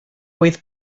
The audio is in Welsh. oedd